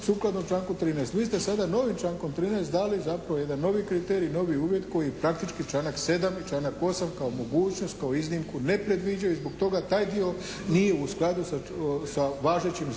sukladno članku 13. Vi ste sada novim člankom 13. dali zapravo jedan novi kriterij, novi uvjet koji praktički članak 7. i članak 8. kao mogućnost, kao iznimku ne predviđaju i zbog toga taj dio nije u skladu sa važećim zakonom